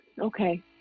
Okay